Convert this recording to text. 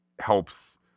Helps